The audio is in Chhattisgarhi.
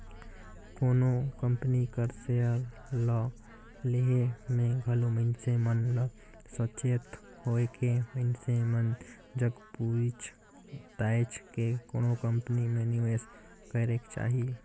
कोनो कंपनी कर सेयर ल लेहे में घलो मइनसे मन ल सचेत होएके मइनसे मन जग पूइछ ताएछ के कोनो कंपनी में निवेस करेक चाही